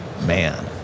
man